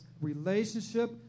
relationship